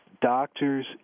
doctors